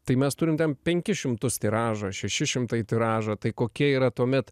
tai mes turim ten penkis šimtus tiražą šeši šimtai tiražą tai kokia yra tuomet